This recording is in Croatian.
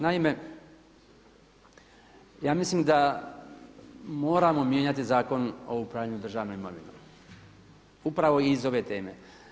Naime, ja mislim da moramo mijenjati Zakon o upravljanju državnom imovinom upravo iz ove teme.